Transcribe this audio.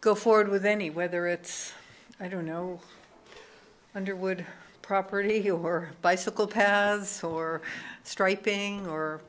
go forward with any whether it's i don't know underwood property here we're bicycle path or striping or